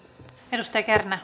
arvoisa